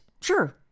Sure